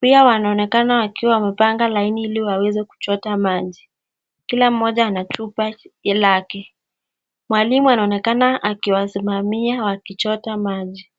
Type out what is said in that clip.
Pia wanaonekana wakiwa wamepanga laini ili waweze kuchota maji. Kila moja anachupa lake. Mwalimu anaonekana akiwasimamia wakichota maji.